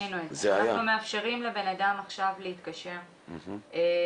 אנחנו עכשיו מאפשרים לבן אדם להתקשר ולערער,